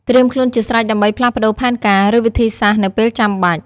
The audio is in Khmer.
ត្រៀមខ្លួនជាស្រេចដើម្បីផ្លាស់ប្តូរផែនការ ឬវិធីសាស្រ្តនៅពេលចាំបាច់។